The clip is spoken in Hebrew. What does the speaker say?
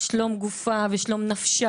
שלום גופה ושלום נפשה.